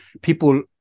People